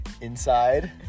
inside